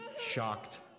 shocked